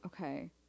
Okay